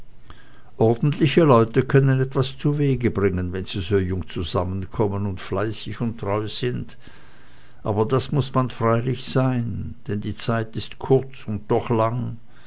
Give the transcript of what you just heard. ordentliche leute können etwas zuwege bringen wenn sie so jung zusammenkommen und fleißig und treu sind aber das muß man freilich sein denn die zeit ist kurz und doch lang